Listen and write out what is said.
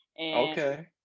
Okay